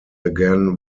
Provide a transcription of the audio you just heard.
again